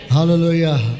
Hallelujah